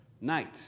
night